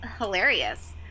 hilarious